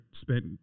spent